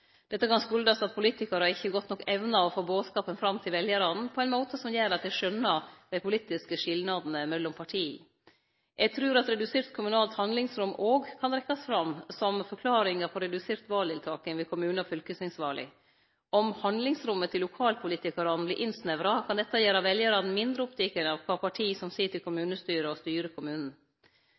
Dette kan kome av at politikarar ikkje godt nok evnar å få bodskapen fram til veljarane på ein måte som gjer at dei skjønar dei politiske skilnadene mellom partia. Eg trur at redusert kommunalt handlingsrom òg kan trekkjast fram som forklaring på redusert valdeltaking ved kommune- og fylkestingsvala. Om handlingsrommet til lokalpolitikarane vert innsnevra, kan dette gjere veljarane mindre opptekne av kva parti som sit i kommunestyret og styrer kommunen.